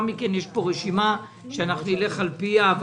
מכן יש לי רשימה של דוברים שאנחנו נלך על פיה,